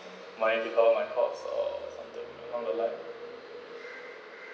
mine to cover my cost so from there on the left